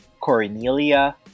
Cornelia